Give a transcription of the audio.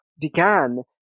began